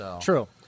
true